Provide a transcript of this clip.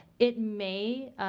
it may,